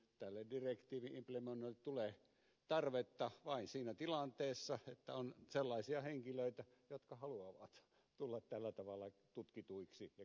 tälle direktiivi implementoinnille tulee tarvetta vain siinä tilanteessa että on sellaisia henkilöitä jotka haluavat tulla tällä tavalla tutkituiksi ja käsitellyiksi